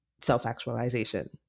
self-actualization